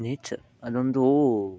nature ಅದೊಂದು